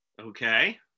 Okay